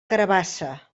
carabassa